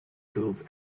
tools